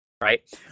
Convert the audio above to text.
right